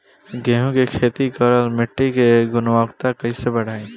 गेहूं के खेती करेला मिट्टी के गुणवत्ता कैसे बढ़ाई?